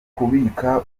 kubika